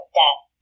death